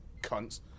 cunts